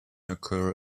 occur